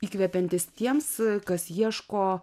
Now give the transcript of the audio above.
įkvepiantis tiems kas ieško